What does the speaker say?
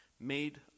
made